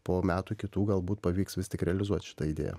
po metų kitų galbūt pavyks vis tik realizuot šitą idėją